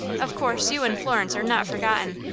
of course, you and florence are not forgotten,